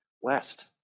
west